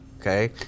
okay